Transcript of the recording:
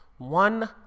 One